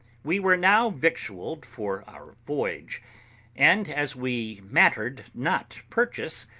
we were now victualled for our voyage and, as we mattered not purchase,